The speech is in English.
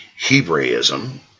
Hebraism